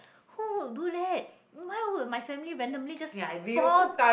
who would do that why would my family randomly just pour